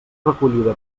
recollida